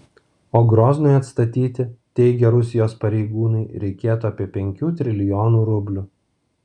o groznui atstatyti teigia rusijos pareigūnai reikėtų apie penkių trilijonų rublių